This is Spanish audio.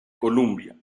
columbia